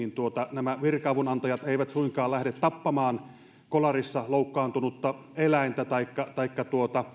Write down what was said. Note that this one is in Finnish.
nämä virka avun antajat eivät suinkaan lähde tappamaan kolarissa loukkaantunutta eläintä taikka taikka